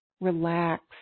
relax